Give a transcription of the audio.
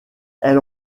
elle